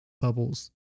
bubbles